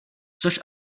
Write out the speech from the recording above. což